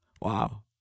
wow